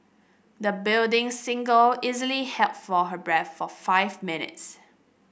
the budding singer easily held for her breath for five minutes